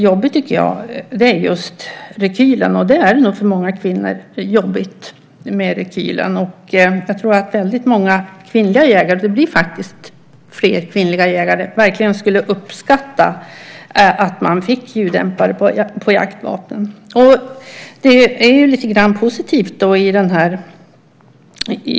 Jag tycker att rekylen är jobbig. Det är nog jobbigt med rekylen för många kvinnor. Många kvinnliga jägare - vi blir fler kvinnliga jägare - skulle uppskatta ljuddämpare på jaktvapen. Det är positivt.